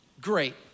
great